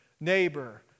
neighbor